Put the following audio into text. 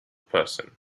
person